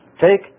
Take